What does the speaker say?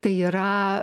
tai yra